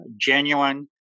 Genuine